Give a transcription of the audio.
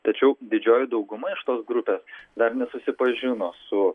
tačiau didžioji dauguma iš tos grupės dar nesusipažino su